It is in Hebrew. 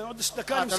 עוד דקה אני מסיים.